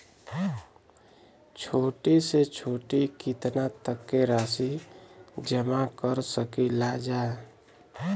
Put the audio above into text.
छोटी से छोटी कितना तक के राशि जमा कर सकीलाजा?